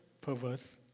perverse